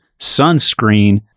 sunscreen